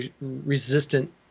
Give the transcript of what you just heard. resistant